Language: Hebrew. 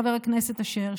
חבר הכנסת אשר,